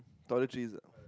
toiletries ah